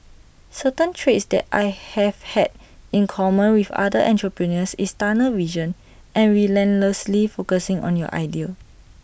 certain traits that I have had in common with other entrepreneurs is tunnel vision and relentlessly focusing on your idea